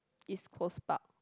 East-Coast Park